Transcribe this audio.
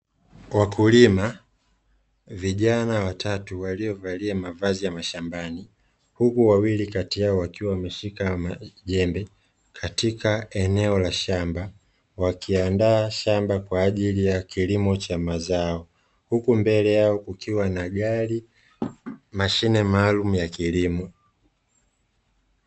Wakulima vijana watatu waliovalia mavazi ya mashambani huku wawili kati yao wakiwa wameshika majembe katika eneo la shamba wakiandaa shamba kwa ajili ya kilimo cha mazao, huku mbele yao kukiwa na gari mashine maalumu ya kilimo.